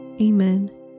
Amen